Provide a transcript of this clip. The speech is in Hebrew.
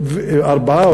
4%,